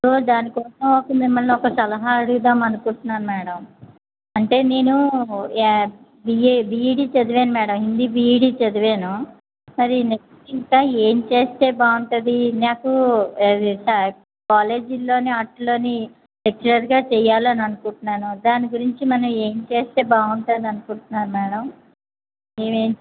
so దానికోసం ఒక మిమ్మల్ని ఒక సలహా అడుగుదామనుకుంటున్నాను మ్యాడం అంటే నేను ఎమ్ఏ బిఈడి చదివాను మ్యాడం హిందీ బిఈడి చదివాను అయితే నెక్స్ట్ ఇంకా ఏం చేస్తే బాగుంటుంది నాకు అది కాలేజీల్లోని ఆటిల్లోని లెక్చరర్గా చెయ్యాలని అనుకుంటున్నాను దాని గురించి మనం ఏం చేస్తే బాగుంటుంది అనుకుంటున్నాను మ్యాడం నేను ఏం చేస్తే